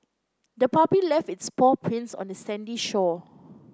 the puppy left its paw prints on the sandy shore